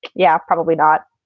yeah, probably not.